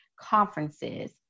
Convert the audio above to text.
conferences